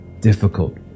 difficult